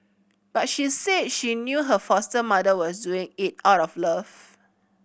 but she said she knew her foster mother was doing it out of love